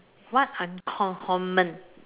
what uncommon